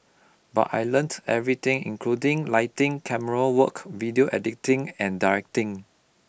but I learnt everything including lighting camerawork video editing and directing